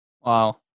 Wow